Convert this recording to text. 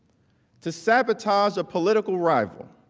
to sabotage a political rival.